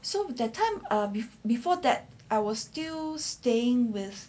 so that time before before that I was still staying with